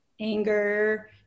anger